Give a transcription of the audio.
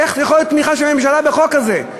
איך יכולה להיות תמיכה של הממשלה בחוק כזה?